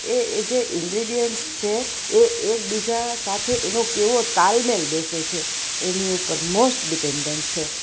એ એ જે ઇનગ્રીડયન્ટ્સ છે એ એકબીજા સાથે એનો કેવો તાલમેલ બેસે છે એની ઉપર મોસ્ટ ડીપેન્ડન્ટ છે